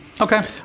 okay